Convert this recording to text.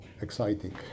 exciting